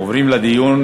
עוברים לדיון.